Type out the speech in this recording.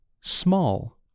small